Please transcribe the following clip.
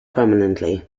prominently